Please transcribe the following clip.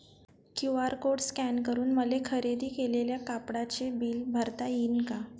QR code scan करून मले खरेदी केलेल्या कापडाचे बिल भरता यीन का?